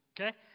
okay